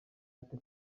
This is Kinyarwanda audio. ate